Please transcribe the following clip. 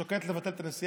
את שוקלת לבטל את הנסיעה?